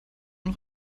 und